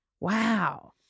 wow